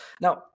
Now